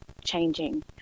changing